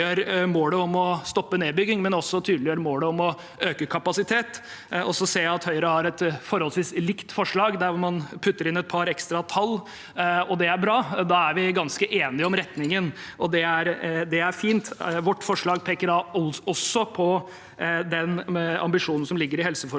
målet om å stoppe nedbygging, men også tydeliggjør målet om å øke kapasiteten. Jeg ser at Høyre har et forholdsvis likt forslag, der man putter inn et par ekstra tall, og det er bra. Da er vi ganske enige om retningen, og det er fint. Vårt forslag peker også på den ambisjonen som ligger i helseforetakene,